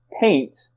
paint